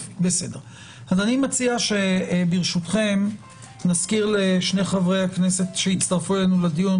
אני מציע שנזכיר לשני חברי הכנסת שהצטרפו אלינו לדיון,